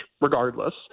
regardless